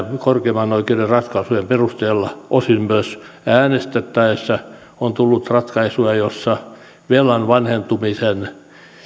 korkeimman oikeuden ratkaisujen perusteella osin myös äänestettäessä on tullut ratkaisuja joissa velan vanhentumisen